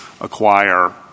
acquire